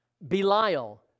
Belial